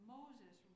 Moses